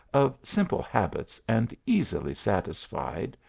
of simple habits and easily satisfied.